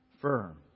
firm